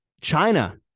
China